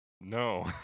No